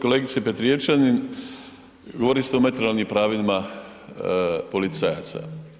Kolegice Petrijevčanin, govorili ste o materijalnim pravima policajaca.